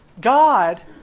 God